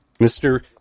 Mr